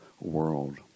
world